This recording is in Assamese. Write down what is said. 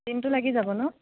দিনটো লাগি যাব ন'